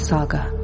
Saga